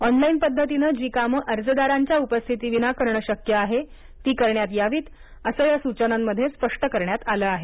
online पद्धतीने जी कामे अर्जदारांच्या उपस्थितीविना करण शक्य आहे ती करण्यात यावीत असं या सुचनांमध्ये स्पष्ट करण्यात आलं आहे